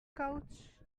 couch